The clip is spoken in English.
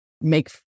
make